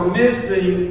missing